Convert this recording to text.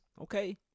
Okay